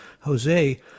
Jose